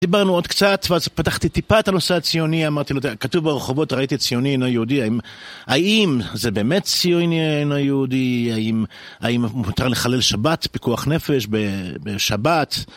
דיברנו עוד קצת, ואז פתחתי טיפה את הנושא הציוני, אמרתי לו, כתוב ברחובות, ראיתי ציוני אינו היהודי, האם זה באמת ציוני עין היהודי, האם מותר לחלל שבת, פיקוח נפש בשבת?